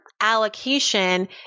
allocation